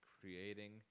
creating